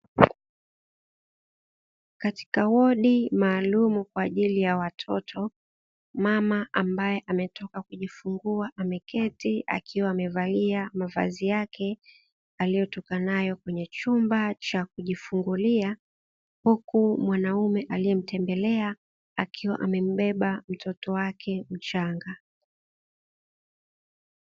Katika hodi maalumu kwa ajili ya watoto, mama ambae ametoka kujifungua ameketi akiwa amevalia mavazi yake aliyotoka nayo kwenye chumba cha kujifungulia, huku mwanaume aliyemtembelea akiwa amembeba mtoto wake mchanga.